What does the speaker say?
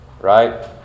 right